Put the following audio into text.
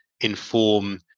inform